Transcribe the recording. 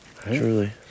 Truly